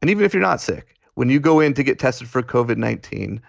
and even if you're not sick when you go in to get tested for kove at nineteen,